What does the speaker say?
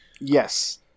yes